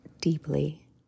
deeply